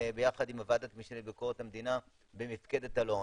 ביחד עם ועדת המשנה לביקורת המדינה, במפקדת אלון,